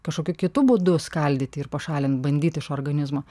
kažkokiu kitu būdu skaldyti ir pašalint bandyt iš organizmo